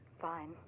Fine